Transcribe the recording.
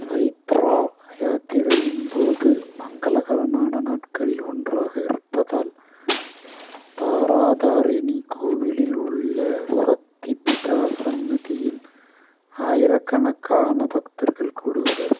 சைத்ரா யாத்திரையின் போது மங்களகரமான நாட்களில் ஒன்றாக இருப்பதால் தாராதாரிணி கோவிலில் உள்ள சக்தி பிதா சன்னதியில் ஆயிரக்கணக்கான பக்தர்கள் கூடுகிறார்கள்